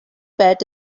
bet